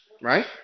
Right